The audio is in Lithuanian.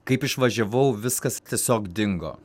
kaip išvažiavau viskas tiesiog dingo